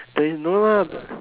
there is no no no